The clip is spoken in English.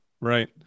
Right